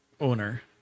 owner